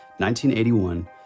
1981